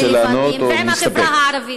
הגופים הרלוונטיים ועם החברה הערבית.